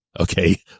Okay